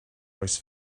oes